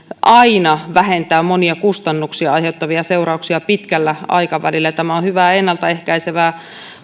aina vähentää monia kustannuksia aiheuttavia seurauksia pitkällä aikavälillä tämä on hyvää ennalta ehkäisevää